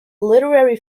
literary